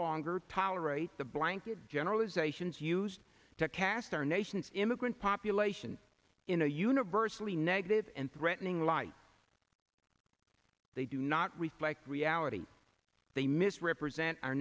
longer tolerate the blanket generalizations used to cast our nation's immigrant population in a universally negative and threatening light they do not reflect reality they mis represent our